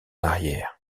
arrière